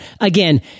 Again